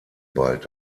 bald